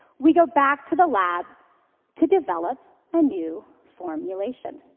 we go back to the lab to develop a new formulation.